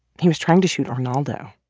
he was trying to shoot arnaldo.